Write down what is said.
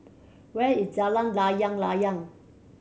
where is Jalan Layang Layang